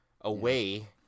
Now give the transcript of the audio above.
away